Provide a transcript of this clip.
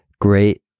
Great